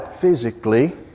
physically